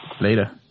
Later